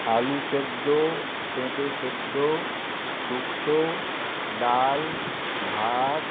আলু সেদ্ধ পেঁপে সেদ্ধ শুক্ত ডাল ভাত